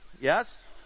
yes